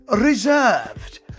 Reserved